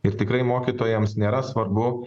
ir tikrai mokytojams nėra svarbu